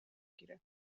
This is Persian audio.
گیره